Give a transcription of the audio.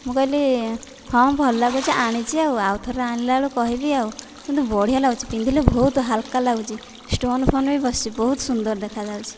ମୁଁ କହିଲି ହଁ ଭଲ ଲାଗୁଛି ଆଣିଛି ଆଉ ଆଉଥରେ ଆଣିଲାବେଳକୁ କହିବି ଆଉ କିନ୍ତୁ ବଢ଼ିଆ ଲାଗୁଛି ପିନ୍ଧିଲେ ବହୁତ ହାଲକା ଲାଗୁଛି ଷ୍ଟୋନ୍ ଫୋନ୍ ବି ବସିଛି ବହୁତ ସୁନ୍ଦର ଦେଖାଯାଉଛି